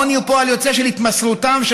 העוני הוא פועל יוצא של התמסרותם של